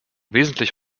wesentlich